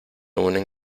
unen